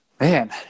Man